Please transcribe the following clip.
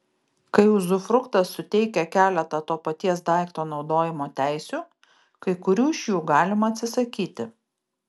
kai uzufruktas suteikia keletą to paties daikto naudojimo teisių kai kurių iš jų galima atsisakyti